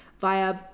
via